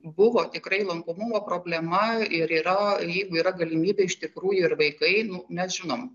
buvo tikrai lankomumo problema ir yra jeigu yra galimybė iš tikrųjų ir vaikai nu mes žinom